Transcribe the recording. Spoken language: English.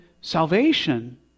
salvation